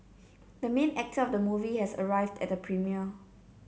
the main actor of the movie has arrived at the premiere